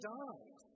died